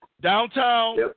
downtown